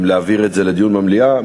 אם להעביר את זה לדיון במליאה.